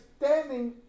standing